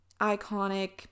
iconic